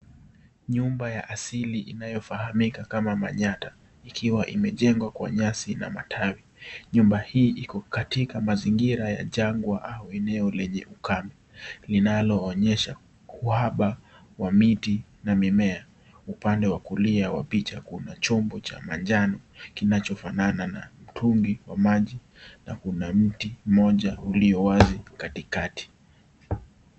Nyumba ya sili inayofahamika kama manyatta ikiwa imejengwa kwa nyasi na matawi. Nyumba hii iko katika mazingira ya jangwa au eneo lenye ukame linaloonyesha uhaba wa miti na mima. Upande wa kulia wa picha kuna chombo cha manjano kinachofanana na mtungi wa maji na kuna mti mmoja ulio wazi katikati.